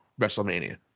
WrestleMania